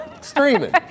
Streaming